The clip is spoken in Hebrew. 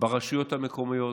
ברשויות המקומיות,